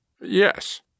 Yes